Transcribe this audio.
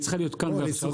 והיא צריכה להיות כאן ועכשיו,